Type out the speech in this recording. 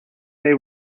they